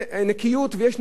ויש נגיעות אישיות,